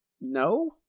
No